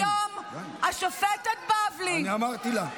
היום השופטת בבלי, אני אמרתי לה.